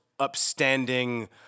upstanding